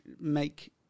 make